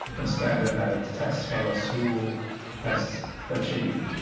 the standardized tests tell us who has achieved,